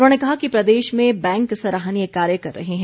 उन्होंने कहा कि प्रदेश में बैंक सराहनीय कार्य कर रहे हैं